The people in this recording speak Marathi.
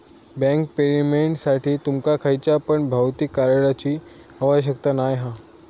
बँक पेमेंटसाठी तुमका खयच्या पण भौतिक कार्डची आवश्यकता नाय हा